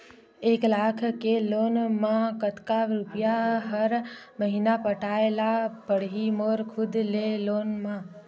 एक लाख के लोन मा कतका रुपिया हर महीना पटाय ला पढ़ही मोर खुद ले लोन मा?